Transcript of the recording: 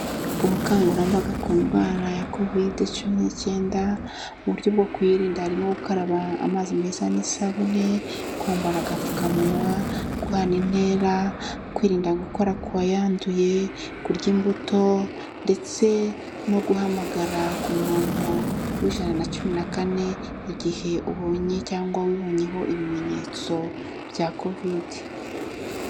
Ubukangurambaga ku ndwara ya kovide cumi n'icyenda, mu buryo bwo kuyirinda harimo gukaraba amazi meza n'isabune, kwambara agapfukamunwa, guhana intera, kwirinda gukora kuwayanduye, kurya imbuto, ndetse no guhamagara ku muronko w'ijana na cumi na kane igihe ubonye cyangwa wibonyeho ibimenyetso bya kovide.